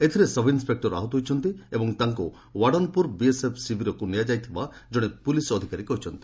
ଏଥିରେ ସବ୍ଇନ୍ସେକ୍ଟର ଆହତ ହୋଇଛନ୍ତି ଏବଂ ତାଙ୍କୁ ଓଡାନ୍ପୁର ବିଏସ୍ଏଫ୍ ଶିବିରକୁ ନିଆଯାଇଥିବା ଜଣେ ପ୍ରଲିସ୍ ଅଧ୍ୟକାରୀ କହିଛନ୍ତି